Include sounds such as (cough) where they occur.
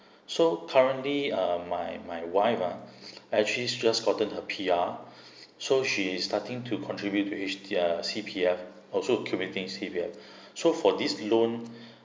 (breath) so currently uh my my wife ah (breath) actually just gotten her P_R (breath) so she is starting to contribute to each uh C_P_F also committing C_P_F (breath) so for this loan (breath)